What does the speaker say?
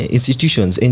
Institutions